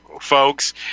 folks